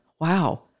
wow